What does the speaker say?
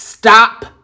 stop